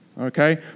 Okay